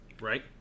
Right